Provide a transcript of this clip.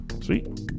sweet